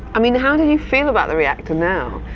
i mean how do you feel about the reactor now?